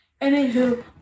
Anywho